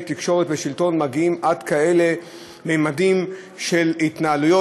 תקשורת ושלטון מגיעים עד כאלה ממדים של התנהלות.